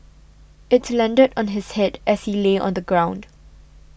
it landed on his head as he lay on the ground